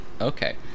Okay